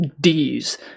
d's